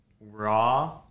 raw